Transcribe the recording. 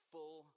Full